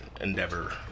endeavor